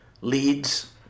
leads